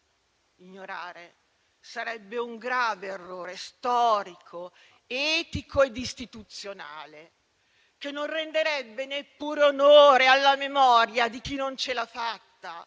Ignorare sarebbe un grave errore storico, etico ed istituzionale, che non renderebbe neppure onore alla memoria di chi non ce l'ha fatta